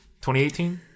2018